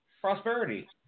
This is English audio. prosperity